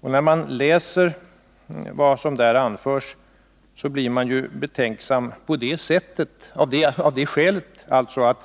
När man läser vad som där anförs, blir man betänksam av det skälet att det igenom alltihop